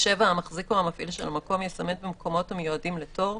(7) המחזיק או המפעיל של המקום יסמן במקומות המיועדים לתור,